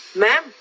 ma'am